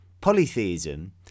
polytheism